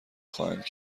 خواهند